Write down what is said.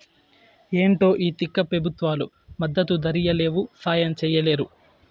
ఏంటో ఈ తిక్క పెబుత్వాలు మద్దతు ధరియ్యలేవు, సాయం చెయ్యలేరు